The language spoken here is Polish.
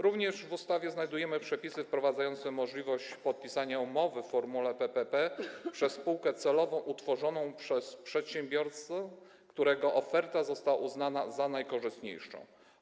Również w ustawie znajdujemy przepisy wprowadzające możliwość podpisania umowy w formule PPP przez spółkę celowo utworzoną przez przedsiębiorcę, którego oferta została uznana za najkorzystniejszą.